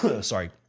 sorry